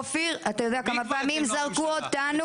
אתה יודע כמה פעמים זרקו אותנו?